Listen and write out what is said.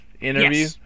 interview